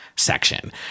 Section